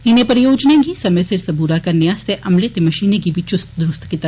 इनें परियोजनाए गी समें सिर सबूरा करने आस्तै अमले ते मशीने गी बी चुस्त दुरुस्त करन